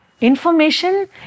Information